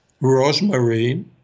rosemary